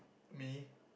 me